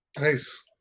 Nice